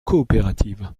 coopérative